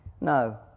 No